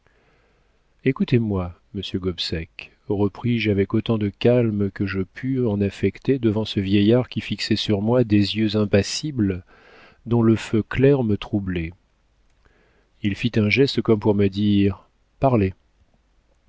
écoutez-moi monsieur gobseck repris-je avec autant de calme que je pus en affecter devant ce vieillard qui fixait sur moi des yeux impassibles dont le feu clair me troublait il fit un geste comme pour me dire parlez